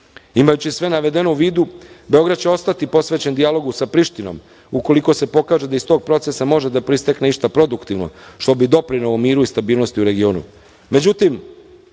Evrope. Imajući sve navedeno u vidu, Beograd će ostati posvećen dijalogu sa Prištinom, ukoliko se pokaže da iz tog procesa može da proistekne išta produktivno, što bi doprinelo miru i stabilnosti u regionu.